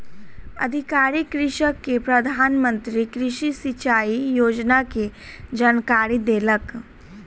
अधिकारी कृषक के प्रधान मंत्री कृषि सिचाई योजना के जानकारी देलक